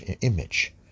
image